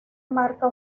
marca